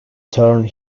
turn